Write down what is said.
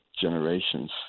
generations